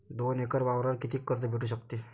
दोन एकर वावरावर कितीक कर्ज भेटू शकते?